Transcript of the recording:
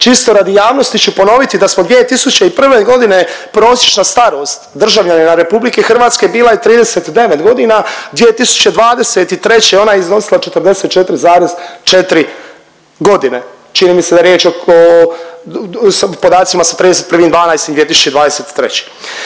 čisto radi javnosti ću ponoviti da smo 2001. godine prosječna starost državljanina Republike Hrvatske bila je 39 godina. 2023. ona je iznosila 44,4 godine. Čini mi se da je riječ oko, sa podacima sa 31.12.2023.